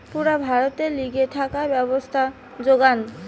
পুরা ভারতের লিগে থাকার ব্যবস্থার যোজনা